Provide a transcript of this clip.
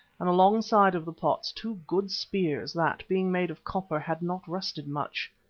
and alongside of the pots two good spears that, being made of copper, had not rusted much.